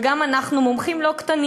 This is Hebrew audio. וגם אנחנו מומחים לא קטנים,